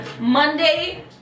Monday